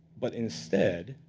but instead,